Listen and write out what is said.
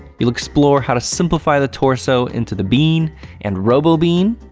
you'll explore how to simplify the torso into the bean and robo bean,